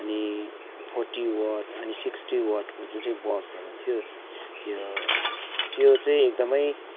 अनि forty watt अनि sixty वाटको जुन चै बल्बहरू थियो त्यो त्यो चाहिँ एकदमै